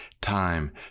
time